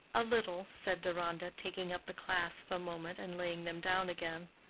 a little, said deronda, taking up the clasps a moment and laying them down again.